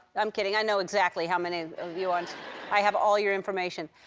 i'm kidding. i know exactly how many of you. ah and i have all your information.